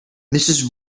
mrs